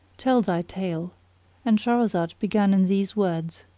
tell thy tale and shahrazad began in these words